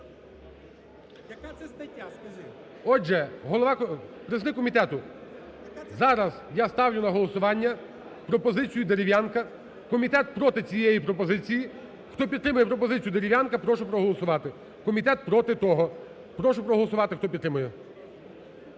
це стаття? ГОЛОВУЮЧИЙ. Зараз я ставлю на голосування пропозицію Дерев'янка, комітет проти цієї пропозиції. Хто підтримує пропозицію Дерев'янка, прошу проголосувати. Комітет проти того. Прошу проголосувати, хто підтримує.